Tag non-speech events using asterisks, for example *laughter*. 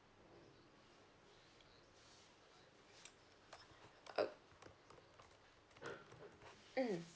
*noise* mm